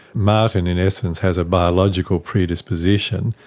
martin in essence has a biological predisposition,